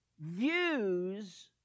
views